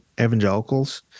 evangelicals